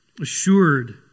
assured